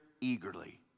eagerly